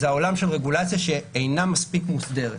זה העולם של רגולציה שאינה מספיק מוסדרת.